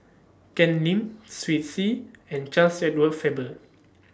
Ken Lim Twisstii and Charles Edward Faber